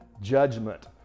judgment